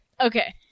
Okay